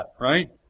right